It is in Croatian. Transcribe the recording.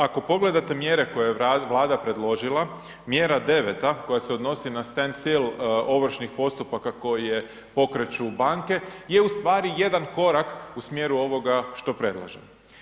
Ako pogledate mjere koje je Vlada predložila, mjera 9. koja se se odnosi na „stand still“ ovršnih postupaka koje pokreću banke je u stvari jedan korak u smjeru ovoga što predlažemo.